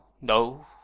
no